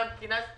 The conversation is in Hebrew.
מנה"ר.